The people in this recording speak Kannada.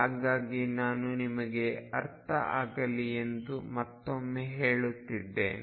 ಹಾಗಾಗಿ ನಾನು ನಿಮಗೆ ಅರ್ಥ ಆಗಲಿ ಎಂದು ಮತ್ತೊಮ್ಮೆ ಹೇಳುತ್ತಿದ್ದೇನೆ